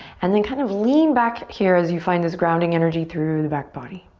and then kind of lean back here as you find this grounding energy through the back body.